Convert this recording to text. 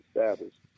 established